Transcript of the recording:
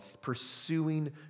pursuing